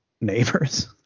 Neighbors